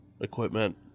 equipment